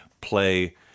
play